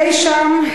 אי-שם,